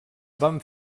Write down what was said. van